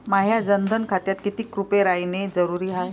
माह्या जनधन खात्यात कितीक रूपे रायने जरुरी हाय?